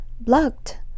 blocked